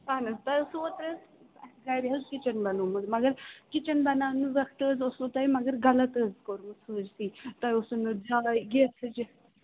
اَہَن حَظ تۄہہِ ٲسوٕ اوترٕ گَرِ حَظ کِچَن بَنوومُت مگر کِچَن بَناونہٕ وَقتہٕ حَظ اوسوٕ تۄہہِ مگر غلط حَظ کوٚرمُت سٲرسٕے تۄہہِ اوسوٕ نہٕ جاے گیسٕچ